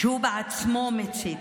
שהוא בעצמו מצית.